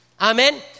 Amen